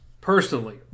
personally